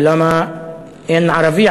או למה אין ערבי,